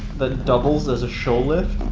that doubles as a show lift?